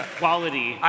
quality